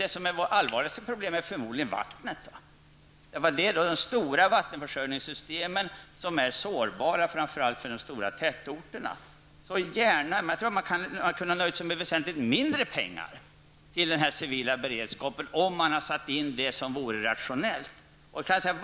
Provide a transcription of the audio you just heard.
Det allvarligaste problemet gäller förmodligen vattenförsörjningen. Just de stora vattenförsörjningssystemen är mycket sårbara framför allt i de stora tätorterna. Jag tror alltså att man hade kunnat nöja sig med mycket mindre pengar till den civila beredskapen, om man hade satsat resurser på ett rationellt sätt.